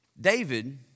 David